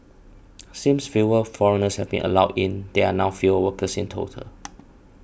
since fewer foreigners have been allowed in there now fewer workers in total